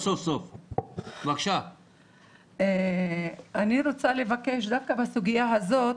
אני רוצה לבקש דווקא בסוגיה הזאת